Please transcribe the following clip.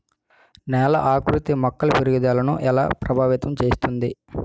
నేల ఆకృతి మొక్కల పెరుగుదలను ఎలా ప్రభావితం చేస్తుంది?